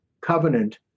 covenant